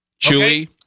chewy